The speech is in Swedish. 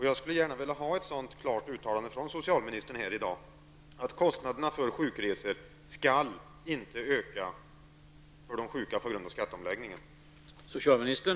Jag skulle gärna vilja ha ett klart uttalande från socialministern här i dag, att kostnaderna för sjukresor inte skall öka för de sjuka på grund av skatteomläggningen.